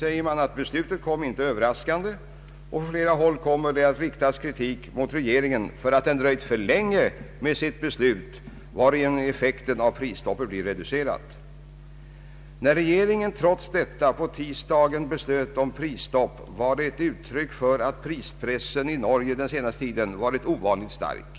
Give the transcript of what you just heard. I artikeln sägs: ”Beslutet kom inte överraskande, och från flera håll kommer det att riktas kritik mot regeringen för att den dröjt för länge med sitt beslut, varigenom effekten av prisstoppet blir reducerad.” När regeringen trots detta på tisdagen beslöt om prisstopp, var detta ett uttryck för att prispressen i Norge under den senaste tiden varit ovanligt stark.